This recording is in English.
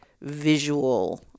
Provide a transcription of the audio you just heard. visual